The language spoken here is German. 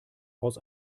aus